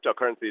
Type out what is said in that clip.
cryptocurrencies